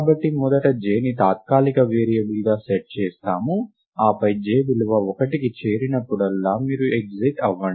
మనము మొదట j ని తాత్కాలిక వేరియబుల్గా సెట్ చేస్తాము ఆపై j విలువ 1కి చేరినప్పుడల్లా మీరు ఎగ్జిట్ అవ్వండి